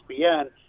ESPN